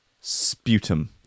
sputum